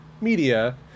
media